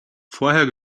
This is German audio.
vorher